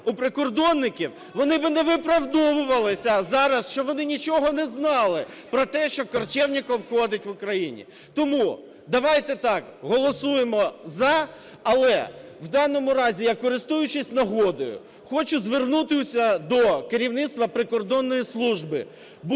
у прикордонників, вони би не виправдовувалися зараз, що вони нічого не знали про те, що Корчевніков ходить в Україні. Тоді давайте так, голосуємо "за", але в даному разі я, користуючись нагодою, хочу звернутися до керівництва прикордонної служби: